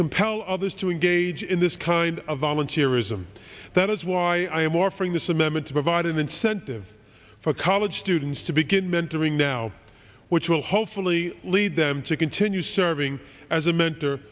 compel others to engage in this kind of volunteer ism that is why i am offering this amendment to provide an incentive for college students to begin mentoring now which will hopefully lead them to continue serving as a mentor